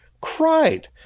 cried